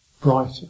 Brighter